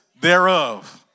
thereof